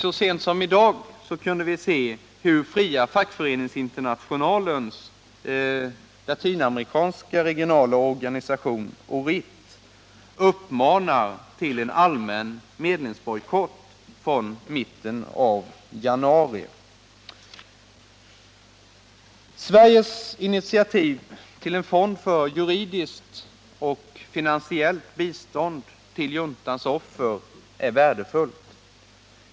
Så sent som i dag kunde vi läsa hur Fria fackföreningsinternationalen ORIT:s latinamerikanska regionala organisation uppmanar till en allmän medlemsbojkott från mitten av januari. Sveriges initiativ till en fond för juridiskt och finansiellt bistånd till juntans offer är värdefullt.